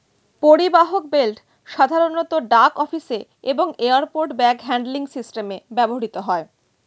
পরিবাহক বেল্ট সাধারণত ডাক অফিসে এবং এয়ারপোর্ট ব্যাগ হ্যান্ডলিং সিস্টেমে ব্যবহৃত হয়